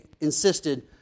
insisted